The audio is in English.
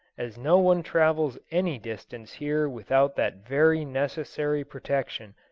as no one travels any distance here without that very necessary protection,